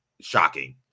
shocking